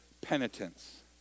penitence